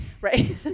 right